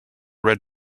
red